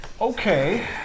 Okay